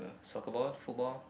soccer ball football